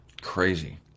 Crazy